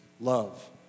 Love